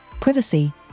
privacy